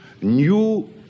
new